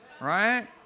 right